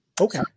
Okay